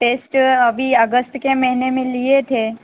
test अभी अगस्त के महीने में लिए थे